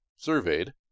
surveyed